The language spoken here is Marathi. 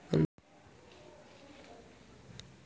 अंकुर फुटल्यावरच नवीन वनस्पती तयार होण्यास सुरूवात होते